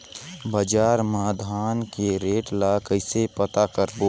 बजार मा धान के रेट ला कइसे पता करबो?